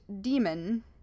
Demon